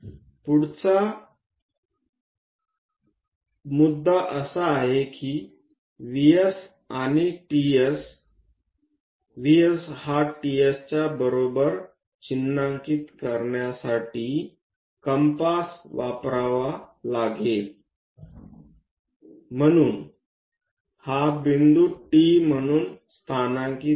पुढचा मुद्दा असा आहे की VS हा TS बरोबर चिन्हांकित करण्यासाठी कंपास वापरावा लागेल म्हणून हा बिंदू T म्हणून स्थानांकित करा